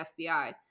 FBI